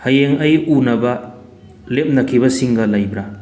ꯍꯌꯦꯡ ꯑꯩ ꯎꯅꯕ ꯂꯦꯞꯅꯈꯤꯕꯁꯤꯡꯒ ꯂꯩꯕ꯭ꯔꯥ